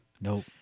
Nope